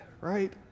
right